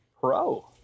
pro